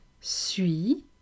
suis